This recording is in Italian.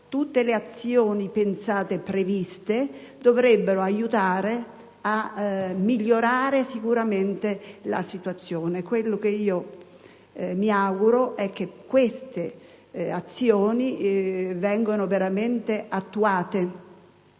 tutte le azioni pensate e previste dovrebbero aiutare a migliorare ancor di più la situazione. Quello che mi auguro è che tali azioni vengano veramente attuate.